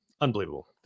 unbelievable